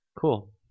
Cool